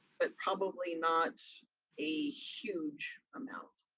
but probably not a huge amount.